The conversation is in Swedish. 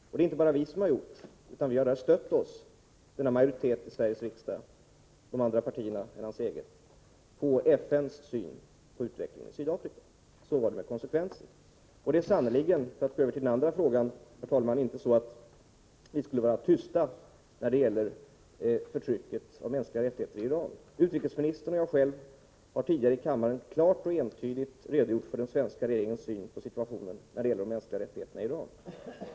Och det är inte bara vi som har gjort det — denna majoritet, bestående av alla partier utom Sten Anderssons eget, i Sveriges riksdag har därvid stött sig på FN:s syn på utvecklingen i Sydafrika. — Så var det med konsekvensen! Det är sannerligen — för att gå över till den andra frågan — inte så att vi skulle vara tysta när det gäller förtrycket av mänskliga rättigheter i Iran. Utrikesministern och jag själv har tidigare i kammaren klart och entydigt redogjort för den svenska regeringens syn på situationen när det gäller de mänskliga rättigheterna i Iran.